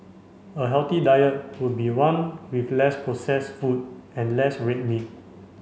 a healthy diet would be one with less processed food and less red meat